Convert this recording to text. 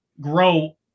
grow